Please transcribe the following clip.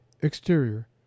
exterior